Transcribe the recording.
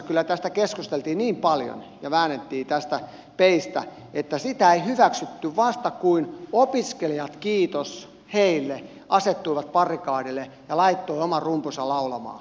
kyllä tästä keskusteltiin ja väännettiin peistä niin paljon että sitä ei hyväksytty ennen kuin opiskelijat kiitos heille asettuivat barrikadeille ja laittoivat oman rumpunsa laulamaan